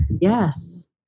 Yes